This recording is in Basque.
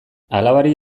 alabari